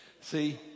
See